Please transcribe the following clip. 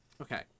Okay